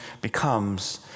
becomes